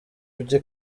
bye